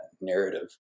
narrative